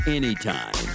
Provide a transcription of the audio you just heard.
anytime